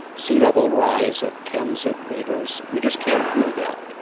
sea level rise of tens of metres. we just can't do that.